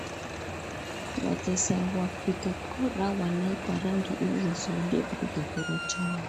Wacheza wa kupiga kura wanawekwa rangi Ili wasirudie kupiga kura tena.